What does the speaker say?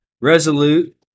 resolute